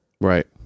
right